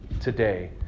today